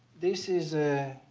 this is a